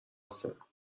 هستن